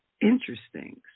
interesting